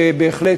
שבהחלט,